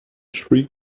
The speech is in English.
shriek